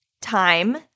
time